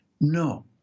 No